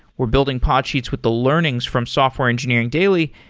we're building podsheets with the learnings from software engineering daily.